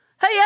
Hey